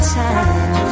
time